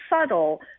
subtle